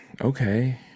Okay